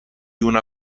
una